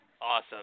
awesome